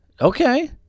Okay